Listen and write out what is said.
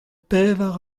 pevar